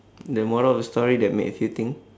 the moral of the story that made you think